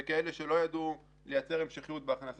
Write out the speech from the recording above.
אפילו כשנכנסים לטיפול באנשים